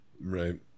Right